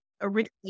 originally